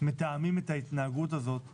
מתאמים את ההתנהגות הזאת בפרסה,